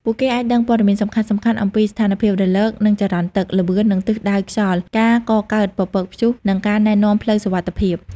ពួកគេអាចដឹងព័ត៌មានសំខាន់ៗអំពី ស្ថានភាពរលក និងចរន្តទឹក ល្បឿន និងទិសដៅខ្យល់ ការកកើតពពកព្យុះ និងការណែនាំផ្លូវសុវត្ថិភាព។